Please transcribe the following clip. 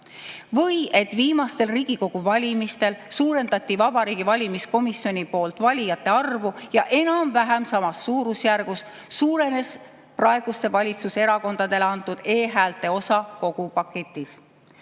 see, et viimastel Riigikogu valimistel suurendas Vabariigi Valimiskomisjon valijate arvu ja enam-vähem samas suurusjärgus suurenes praegustele valitsuserakondadele antud e‑häälte osa kogupaketis. Saate